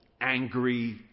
angry